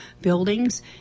buildings